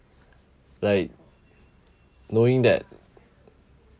like knowing that